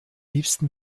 liebsten